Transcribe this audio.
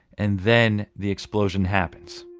and then the explosion happens.